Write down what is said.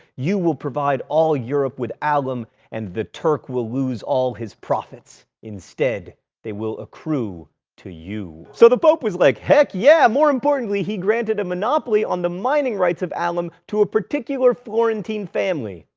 you will provide all europe with alum and the turk will lose all his profits. instead they will accrue to you. so the pope was like, heck yeah. more importantly he granted a monopoly on the mining rights of alum to a particular florentine family,